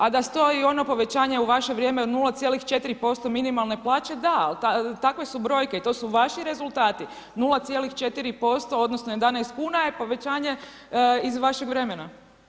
A da stoji ono povećanje u vaše vrijeme od 0,4% minimalne plaće, da, ali takve su brojke, to su vaši rezultati, 0,4% odnosno 11 kuna je povećanje iz vašeg vremena.